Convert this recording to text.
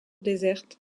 déserte